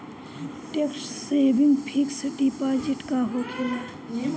Tax saving fix deposit का होखे ला?